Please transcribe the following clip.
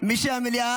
מי שבמליאה,